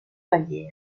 bavière